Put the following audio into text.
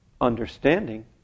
understanding